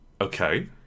Okay